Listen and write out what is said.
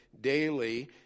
daily